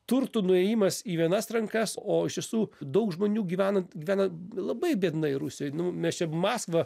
turtų nuėjimas į vienas rankas o iš tiesų daug žmonių gyvenant gyveno labai biednai rusijoj nu mes čia maskvą